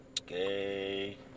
Okay